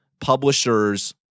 publishers –